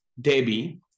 Debbie